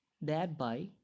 Thereby